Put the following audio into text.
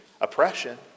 oppression